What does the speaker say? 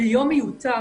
זה יום מיותר.